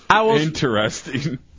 Interesting